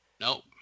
Nope